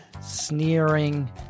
sneering